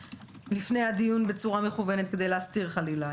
הדיון בצורה מכוונת כדי להסתיר חלילה,